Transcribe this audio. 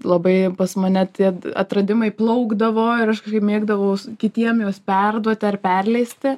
labai pas mane tie atradimai plaukdavo ir aš mėgdavaus kitiem juos perduot ar perleisti